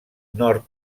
nord